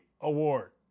award